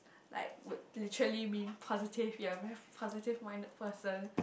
like would literally mean positive you are very positive minded person